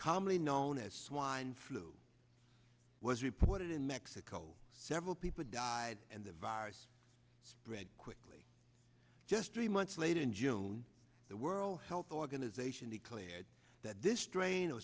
commonly known as swine flu was reported in mexico several people died and the virus spread quickly just three months later in june the world health organization declared that this stra